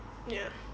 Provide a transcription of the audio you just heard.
ya